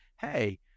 hey